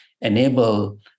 Enable